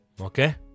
okay